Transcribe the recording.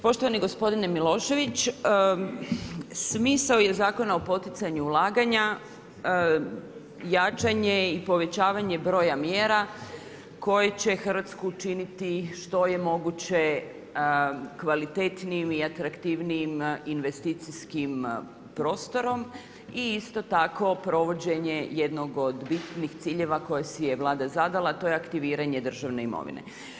Poštovani gospodine Milošević, smisao je Zakona o poticanju ulaganja, jačanje i povećavanje broja mjera, koja će Hrvatsku činiti što je moguće kvalitetnijim i atraktivnijim investicijskim prostorom i isto tako provođenjem jednog od bitnih ciljeva koje si je Vlada zadala, to je aktiviranje državne imovine.